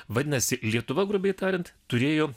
vadinasi lietuva grubiai tariant turėjo